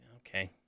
Okay